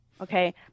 okay